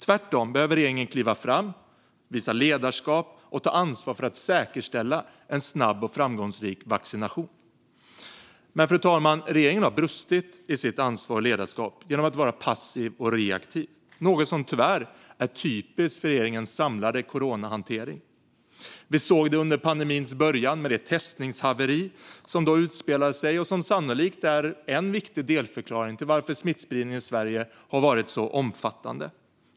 Tvärtom behöver regeringen kliva fram, visa ledarskap och ta ansvar för att säkerställa en snabb och framgångsrik vaccination. Men, fru talman, regeringen har brustit i sitt ansvar och ledarskap genom att vara passiv och reaktiv, något som tyvärr är typiskt för regeringens samlade coronahantering. Vi såg det under pandemins början med det testningshaveri som då utspelade sig och som sannolikt är en viktig delförklaring till att smittspridningen i Sverige har varit så omfattande.